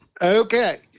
okay